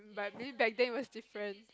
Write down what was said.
but maybe back then it was different